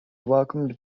welcomed